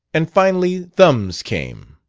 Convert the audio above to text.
and finally thumbs came.